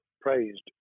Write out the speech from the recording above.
praised